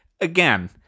again